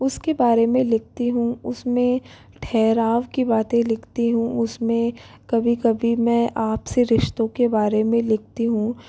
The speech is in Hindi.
उसके बारे में लिखती हूँ उसमें ठहराव की बातें लिखती हूँ उसमें कभी कभी मैं आपसी रिश्तों के बारे मे लिखती हूँ